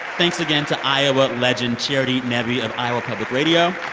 thanks again to iowa legend charity nebbe of iowa public radio.